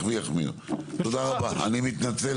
תודה רבה, הישיבה נעולה.